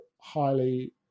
highly